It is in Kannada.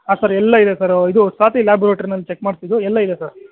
ಹಾಂ ಸರ್ ಎಲ್ಲ ಇದೆ ಸರ್ ಇದು ಸ್ವಾತಿ ಲ್ಯಾಬೊರೇಟ್ರಿನಲ್ಲಿ ಚಕ್ ಮಾಡ್ಸಿದ್ದು ಎಲ್ಲ ಇದೆ ಸರ್